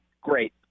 great